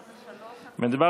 2020,